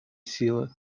силы